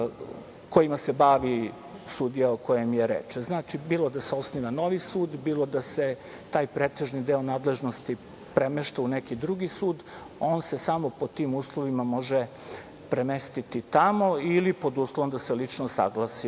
kojima se bavi sudija o kojem je reč. Znači, bilo da se osniva novi sud, bilo da se taj pretežni deo nadležnosti premešta u neki drugi sud, on se samo pod tim uslovima može premestiti tamo, ili pod uslovom da se lično saglasi